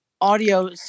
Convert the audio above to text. audio